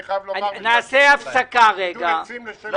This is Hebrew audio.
אני פועל למען בעלי אולמות שמחה משום שיש לבן דוד שלי אולם,